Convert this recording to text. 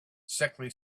sickly